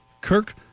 Kirk